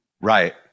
Right